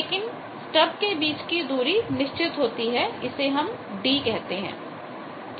लेकिन स्टब के बीच की दूरी निश्चित होती है इसे हम d कहते हैं